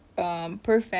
um perfect